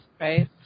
Right